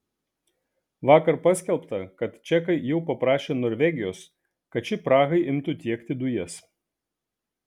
vakar paskelbta kad čekai jau paprašė norvegijos kad ši prahai imtų tiekti dujas